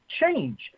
change